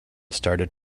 started